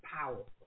powerful